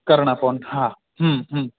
करणा फ़ोन हा हमम हमम